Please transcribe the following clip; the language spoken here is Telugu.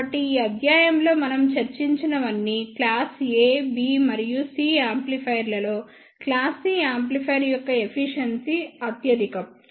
కాబట్టి ఈ అధ్యాయం లో మనం చర్చించినవన్నీ క్లాస్ A B మరియు C యాంప్లిఫైయర్లలో క్లాస్ C యాంప్లిఫైయర్ యొక్క ఎఫిషియెన్సీ అత్యధికం